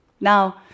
Now